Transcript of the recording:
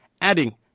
adding